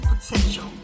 potential